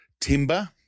timber